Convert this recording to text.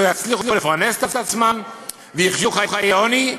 לא יצליחו לפרנס את עצמם ויחיו חיי עוני.